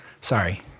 Sorry